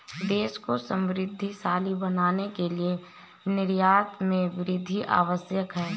देश को समृद्धशाली बनाने के लिए निर्यात में वृद्धि आवश्यक है